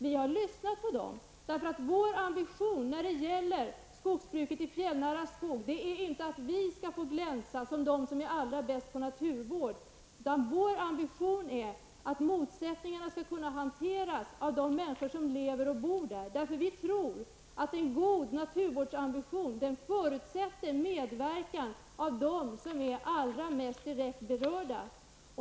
Vi har lyssnat på parterna, eftersom vår ambition när det gäller skogsbruket i fjällnära skog inte är att vi skall få glänsa som dem som är allra bäst på naturvård, utan vår ambition är att motsättningarna skall hanteras av de människor som lever och bor i dessa områden. Vi tror att en hög ambition för naturvården förutsätter medverkan av dem som är allra mest direkt berörda.